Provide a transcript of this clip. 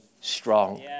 strong